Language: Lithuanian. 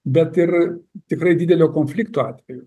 bet ir tikrai didelio konflikto atveju